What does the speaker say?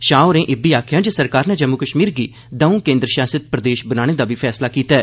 शाह होरें इब्बी आखेआ जे सरकार नै जम्मू कश्मीर गी दों केन्द्र शासित प्रदेश बनाने दा बी फैसला कीता ऐ